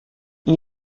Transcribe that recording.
این